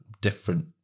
different